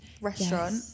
restaurant